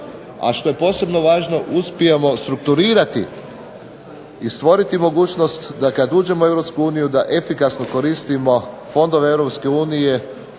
a što je posebno važno uspijemo strukturirati i stvoriti mogućnost da kad uđemo u Europsku uniju da efikasno koristimo fondove